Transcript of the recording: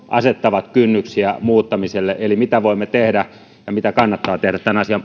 asettavat kynnyksiä muuttamiselle eli mitä voimme tehdä ja mitä kannattaa tehdä tämän asian